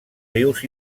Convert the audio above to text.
rius